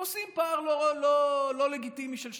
עושים פער לא לגיטימי של שניים.